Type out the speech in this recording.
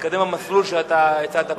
להתקדם במסלול שאתה הצעת.